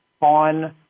on